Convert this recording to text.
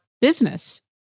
business